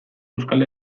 euskal